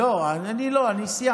לא, אני סיימתי.